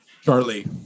Charlie